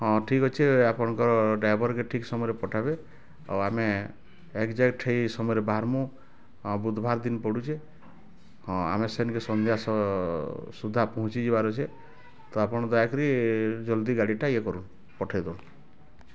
ହଁ ଠିକ୍ ଅଛି ଆପଣଙ୍କର ଡ଼୍ରାଇଭର୍ କେ ଠିକ୍ ସମୟରେ ପଠାବେ ଆଉ ଆମେ ଏକ୍ଜାକ୍ଟ୍ ହେଇ ସମୟରେ ବାହାରିବୁଁ ଆଉ ବୁଧବାର୍ ଦିନ ପଡ଼ୁଛି ହଁ ଆମେ ସେ ନିକେ ସନ୍ଧ୍ୟା ସହ ସୁଧା ପହଞ୍ଚି ଯିବାର୍ ଅଛି ତ ଆପଣ ଦୟାକରି ଜଲ୍ଦି ଗାଡ଼ିଟା ଇଏ କରନ୍ତୁ ପଠାଇ ଦିଅନ୍ତୁ